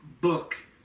book